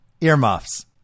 earmuffs